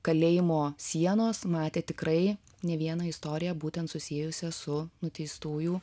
kalėjimo sienos matė tikrai ne vieną istoriją būtent susijusią su nuteistųjų